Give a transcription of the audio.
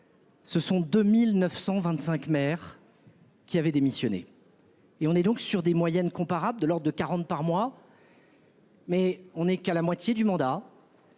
Ce sont 2925 maire. Qui avait démissionné. Et on est donc sur des moyennes comparables de lors de 40 par mois. Mais on est qu'à la moitié du mandat.